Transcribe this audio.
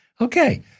Okay